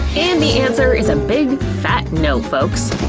and the answer is a big, fat no, folks!